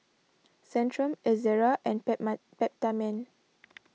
Centrum Ezerra and Peptamen